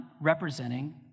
representing